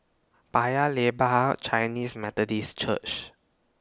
Paya Lebar Chinese Methodist Church